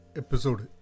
episode